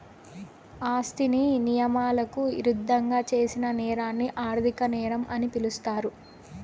ఆస్తిని నియమాలకు ఇరుద్దంగా చేసిన నేరాన్ని ఆర్థిక నేరం అని పిలుస్తారు